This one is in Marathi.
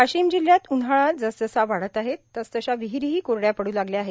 वाशिम जिल्ह्यात उन्हाळा जस जसा वाढत आहे तसं तशा विहिरीही कोरड्या पड् लागल्या आहेत